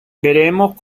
veremos